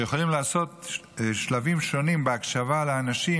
שיוכלו לעשות שלבים שונים בהקשבה לאנשים